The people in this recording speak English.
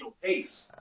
pace